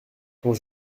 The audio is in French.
quand